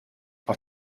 auf